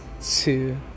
two